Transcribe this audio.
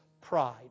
pride